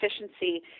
efficiency